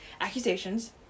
accusations